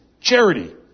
charity